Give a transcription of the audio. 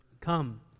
come